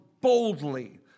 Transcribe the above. boldly